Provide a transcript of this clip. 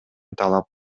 талап